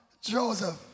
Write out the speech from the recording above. Joseph